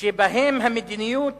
שבהם המדיניות